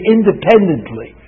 Independently